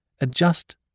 adjust